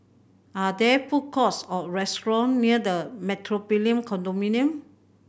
are there food courts or restaurant near The Metropolitan Condominium